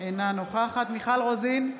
אינה נוכחת מיכל רוזין,